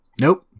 Nope